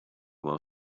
while